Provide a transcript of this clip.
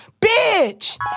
bitch